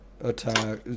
attack